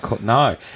No